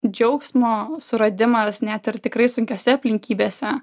džiaugsmo suradimas net ir tikrai sunkiose aplinkybėse